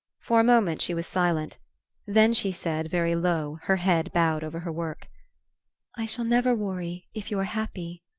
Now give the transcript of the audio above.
for a moment she was silent then she said very low, her head bowed over her work i shall never worry if you're happy.